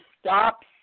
stop